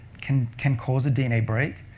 can can cause a dna break,